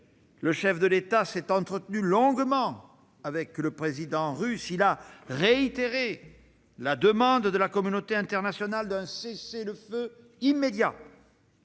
le chef de l'État s'est entretenu longuement avec le président russe. Il a réitéré la demande de la communauté internationale d'un cessez-le-feu immédiat.